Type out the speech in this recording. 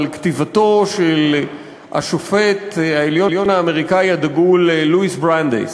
כתיבתו של השופט העליון האמריקני הדגול לואיס ברנדייס.